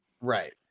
Right